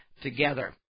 together